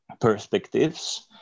perspectives